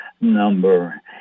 number